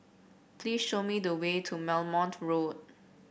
please show me the way to Belmont Road